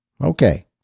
Okay